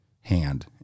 hand